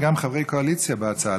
יש לך גם חברי קואליציה בהצעה.